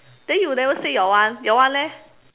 then you never say your one your one leh